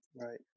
Right